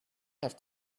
have